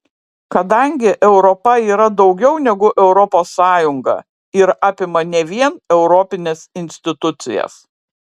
kadangi europa yra daugiau negu europos sąjunga ir apima ne vien europines institucijas